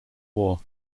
war